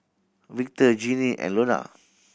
Victor Jeannie and Lonna